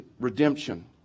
Redemption